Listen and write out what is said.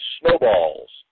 snowballs